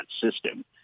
system